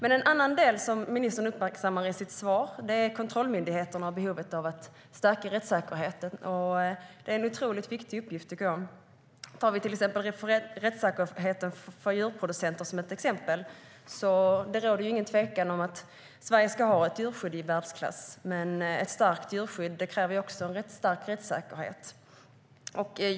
En annan del som ministern uppmärksammar i sitt svar är kontrollmyndigheterna och behovet av att stärka rättssäkerheten. Det är en otroligt viktig uppgift, tycker jag. Om vi tar rättssäkerheten för djurproducenter som ett exempel råder det ingen tvekan om att Sverige ska ha ett djurskydd i världsklass. Men ett starkt djurskydd kräver en stark rättssäkerhet.